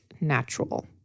natural